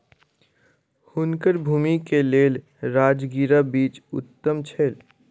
हुनकर भूमि के लेल राजगिरा बीज उत्तम छल